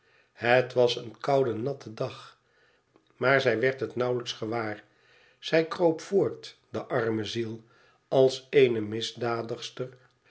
het was een koude natte dag maar zij werd het nauwelijks gewaar zij kroop voort de arme ziel als eene misdadigster